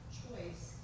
choice